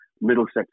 Middlesex